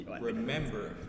remember